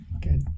Good